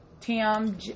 Tam